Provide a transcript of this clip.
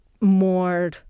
more